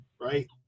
Right